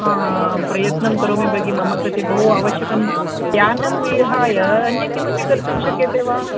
प्रयत्नं करोमि भगिनि मम कृते बहु आवश्यकं ध्यानं विहाय अन्यत् किमपि कर्तुं शक्यते वा